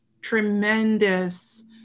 tremendous